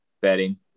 Betting